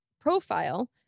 profile